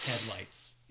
headlights